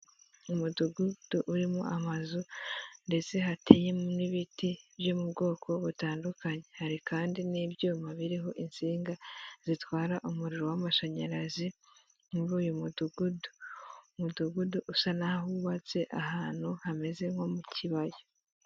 Umudugudu urimo amazu ndetse hateye mo ibiti byo mu bwoko butandukanye, hari kandi n'ibyuma biriho insinga zitwara umuriro w'amashanyarazi muri uyu mudugudu, umudugudu usa naho hubatse ahantu hameze nko mu kibaya.